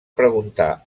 preguntar